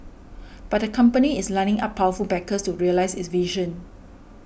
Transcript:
but the company is lining up powerful backers to realise its vision